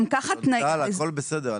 שונטל, הכול בסדר.